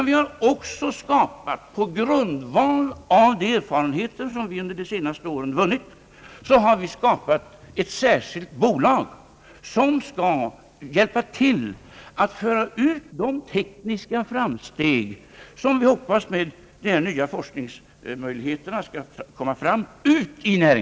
Vi har också skapat, på grundval av de erfarenheter vi under de senaste åren gjort, ett särskilt bolag som skall hjälpa till att föra ut till näringslivet de tekniska framsteg som vi hoppas skall komma fram med de nya forskningsmöjligheterna.